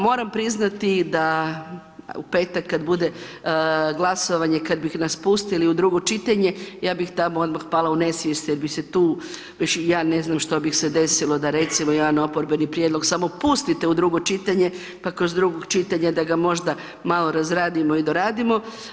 Moram priznati da u petak kad bude glasovanje, kad bih nas pustili u drugo čitanje, ja bih tamo odmah pala u nesvijest jer bi se tu, ja ne znam što bi se desilo da, recimo, jedan oporbeni prijedlog samo pustite u drugo čitanje, pa kroz drugog čitanja da ga možda malo razradimo i doradimo.